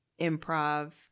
improv